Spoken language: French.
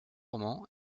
romans